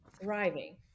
thriving